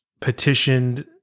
petitioned